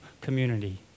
community